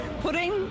Pudding